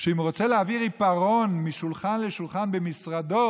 שאם הוא רוצה להעביר עיפרון משולחן לשולחן במשרדו